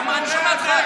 שמענו אותך.